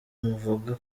muvuga